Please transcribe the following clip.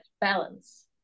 balance